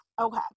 Okay